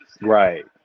right